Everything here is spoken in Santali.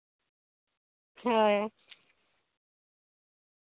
ᱦᱳᱭ